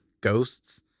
ghosts